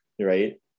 right